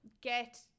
get